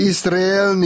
Israel